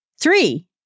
Three